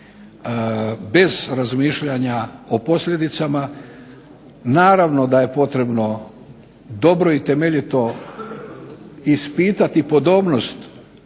bez razmišljanja o posljedicama. Naravno da je potrebno dobro i temeljito ispitati podobnost